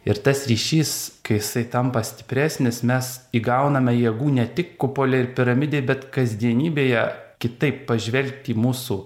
ir tas ryšys kai jisai tampa stipresnis mes įgauname jėgų ne tik kupole ir piramidėj bet kasdienybėje kitaip pažvelgti į mūsų